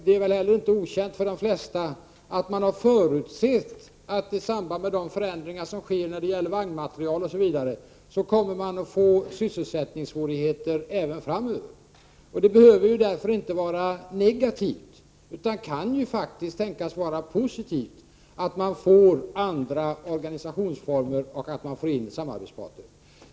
Det är väl heller inte okänt för de flesta att man har förutsett att verkstäderna i samband med de förändringar som sker av vagnmaterial m.m. kommer att få sysselsättningssvårigheter även framöver. Behöver det då vara någonting negativt? Kan det inte tänkas vara positivt att SJ får andra organisationsformer och också får en samarbetspartner?